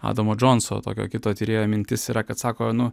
adamo džonso tokio kito tyrėjo mintis yra kad sako nu